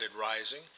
rising